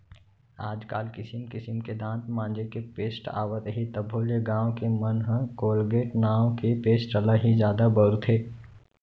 आज काल किसिम किसिम के दांत मांजे के पेस्ट आवत हे तभो ले गॉंव के मन ह कोलगेट नांव के पेस्ट ल ही जादा बउरथे